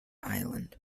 island